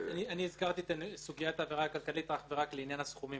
הזכרתי את סוגיית העבירה הכלכלית אך ורק לעניין הסכומים.